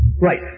Right